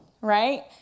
right